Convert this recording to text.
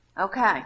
Okay